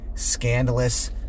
scandalous